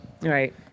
Right